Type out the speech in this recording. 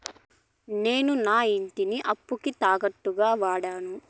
నేను నా ఇంటిని అప్పుకి తాకట్టుగా వాడాను